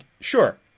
sure